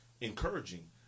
encouraging